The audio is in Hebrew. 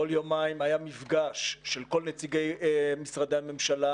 כל יומיים היה מפגש של כל נציגי משרדי הממשלה